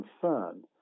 concern